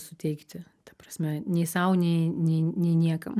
suteikti ta prasme nei sau nei nei nei niekam